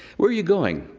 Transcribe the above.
where you going?